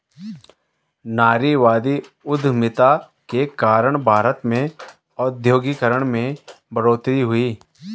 नारीवादी उधमिता के कारण भारत में औद्योगिकरण में बढ़ोतरी हुई